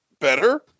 better